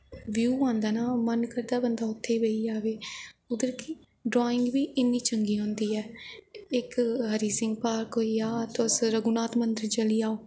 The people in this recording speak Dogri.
ब्यू आंदा ना मन करदा बंदा उत्थै बेही जाऽ उद्धर ड्राईंग बी इन्नी चंगी होंदी ऐ इक हरि सिंह पार्क होई गेआ तुस रघुनाथ मन्दर चली जाओ